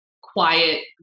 quiet